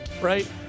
right